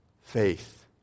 faith